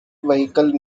vehicle